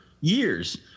years